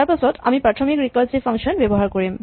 তাৰপাছত আমি প্ৰাথমিক ৰিকাৰছিভ ফাংচন ব্যৱহাৰ কৰিম